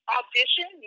audition